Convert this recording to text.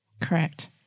Correct